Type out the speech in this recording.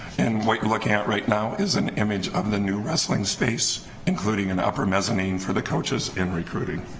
and what you're looking at right now is an image of the new wrestling space including an upper mezzanine for the coaches in recruiting